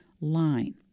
line